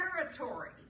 territory